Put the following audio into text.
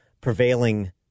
prevailing